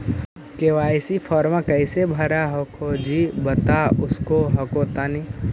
KYC फॉर्मा कैसे भरा हको जी बता उसको हको तानी?